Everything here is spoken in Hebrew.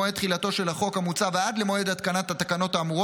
תחילתו של החוק המוצע ועד למועד התקנת התקנות האמורות,